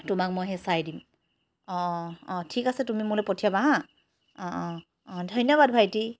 তোমাক মই সেই চাই দিম অঁ অঁ অঁ ঠিক আছে তুমি মোলৈ পঠিয়াবা হা অঁ অঁ অঁ ধন্যবাদ ভাইটি